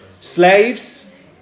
slaves